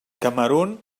camerun